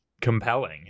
compelling